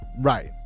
right